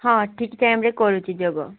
ହଁ ଠିକ୍ ଟାଇମ୍ରେ କରୁଛି ଯୋଗ